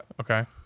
Okay